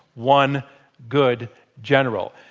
one good general.